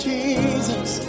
Jesus